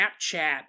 Snapchat